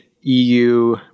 EU